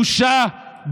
בושה.